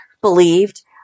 believed